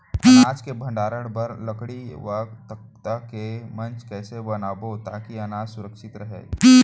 अनाज के भण्डारण बर लकड़ी व तख्ता से मंच कैसे बनाबो ताकि अनाज सुरक्षित रहे?